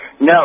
no